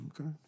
okay